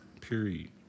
Period